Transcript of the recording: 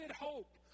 hope